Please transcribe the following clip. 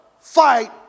fight